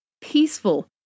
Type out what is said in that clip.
peaceful